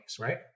right